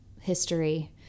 history